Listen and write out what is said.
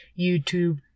YouTube